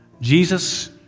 Jesus